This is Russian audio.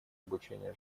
обучение